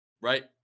right